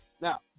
Now